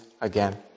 again